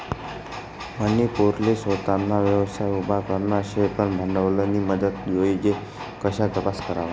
मनी पोरले सोताना व्यवसाय उभा करना शे पन भांडवलनी मदत जोइजे कशा तपास करवा?